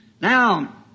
Now